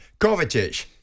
Kovacic